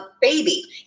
baby